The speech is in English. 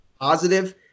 positive